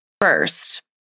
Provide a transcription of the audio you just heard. first